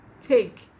take